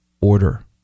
order